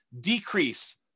decrease